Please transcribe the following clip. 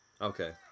Okay